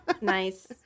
Nice